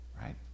right